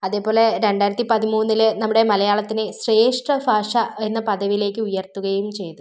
അതേപോലെ രണ്ടായിരത്തി പതിമൂന്നിൽ നമ്മുടെ മലയാളത്തിനെ ശ്രേഷ്ഠ ഭാഷ എന്ന പദവിയിലേക്ക് ഉയർത്തുകയും ചെയ്തു